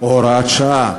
או הוראת שעה.